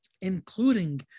including